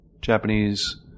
Japanese